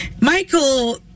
Michael